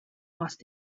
asked